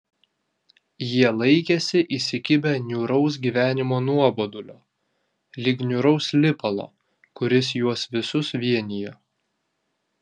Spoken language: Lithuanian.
jie laikėsi įsikibę niūraus gyvenimo nuobodulio lyg niūraus lipalo kuris juos visus vienijo